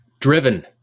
Driven